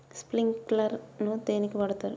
Sprinkler ను దేనికి వాడుతరు?